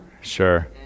Sure